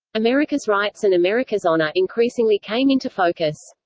america's rights and america's honor increasingly came into focus.